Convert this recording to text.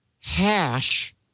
hash